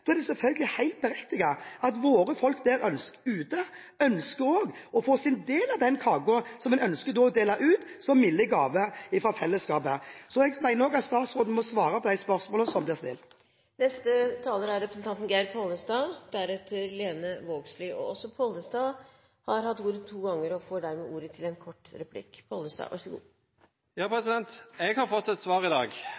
Da er det selvfølgelig berettiget at våre folk ønsker å få sin del av den kaken som man ønsker å dele ut som milde gaver fra fellesskapet. Jeg mener at statsråden må svare på de spørsmålene som blir stilt. Representanten Geir Pollestad har hatt ordet to ganger tidligere og får ordet til en kort